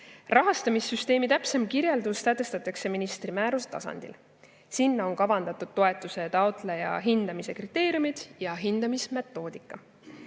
Rahastamissüsteemi täpsem kirjeldus sätestatakse ministri määruse tasandil. Sinna on kavandatud toetuse taotleja hindamise kriteeriumid ja hindamise metoodika.